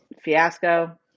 Fiasco